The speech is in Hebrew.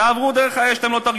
תעברו דרך האש,